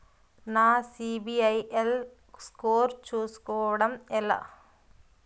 నా CIBIL score చుస్కోవడం ఎలా?